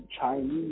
Chinese